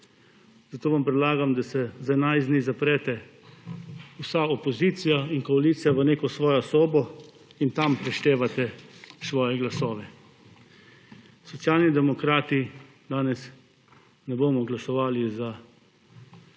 Zato vam predlagam, da se za na enajst dni zaprete vsa opozicija in koalicija v neko svojo sobo in tam preštevate svoje glasove. Socialni demokrati danes ne bomo glasovali za